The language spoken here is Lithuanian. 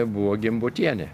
buvo gimbutienė